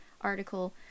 article